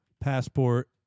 passport